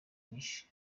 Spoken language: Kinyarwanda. nyinshi